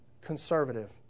conservative